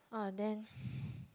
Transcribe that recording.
uh then